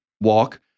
walk